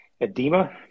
edema